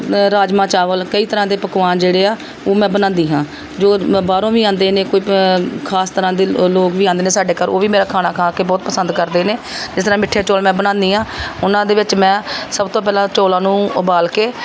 ਰਾਜਮਾਂਹ ਚਾਵਲ ਕਈ ਤਰ੍ਹਾਂ ਦੇ ਪਕਵਾਨ ਜਿਹੜੇ ਆ ਉਹ ਮੈਂ ਬਣਾਉਂਦੀ ਹਾਂ ਜੋ ਮ ਬਾਹਰੋਂ ਵੀ ਆਉਂਦੇ ਨੇ ਕੋਈ ਖਾਸ ਤਰ੍ਹਾਂ ਦੇ ਲੋਕ ਵੀ ਆਉਂਦੇ ਨੇ ਸਾਡੇ ਘਰ ਉਹ ਵੀ ਮੇਰਾ ਖਾਣਾ ਖਾ ਕੇ ਬਹੁਤ ਪਸੰਦ ਕਰਦੇ ਨੇ ਜਿਸ ਤਰ੍ਹਾਂ ਮਿੱਠੇ ਚੌਲ ਮੈਂ ਬਣਾਉਂਦੀ ਹਾਂ ਉਹਨਾਂ ਦੇ ਵਿੱਚ ਮੈਂ ਸਭ ਤੋਂ ਪਹਿਲਾਂ ਚੌਲਾਂ ਨੂੰ ਉਬਾਲ ਕੇ